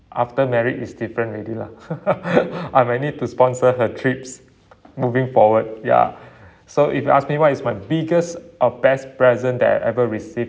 after marriage is different already lah I may need to sponsor her trips moving forward ya so if you ask me what is my biggest or best present that I have ever received